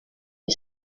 les